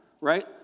right